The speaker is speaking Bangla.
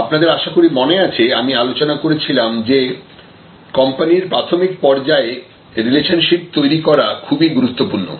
আপনাদের আশা করি মনে আছে আমি আলোচনা করেছিলাম যে কোম্পানির প্রাথমিক পর্যায়ে রিলেশনশিপ তৈরি করা খুবই গুরুত্বপূর্ণ